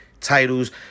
titles